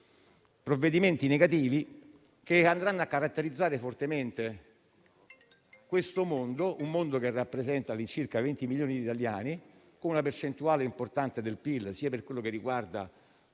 serie di misure negative che andranno a caratterizzare fortemente questo mondo. Ricordo che esso rappresenta all'incirca 20 milioni di italiani, con una percentuale importante del PIL sia per quanto riguarda